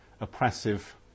oppressive